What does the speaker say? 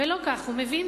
ולא כך הוא.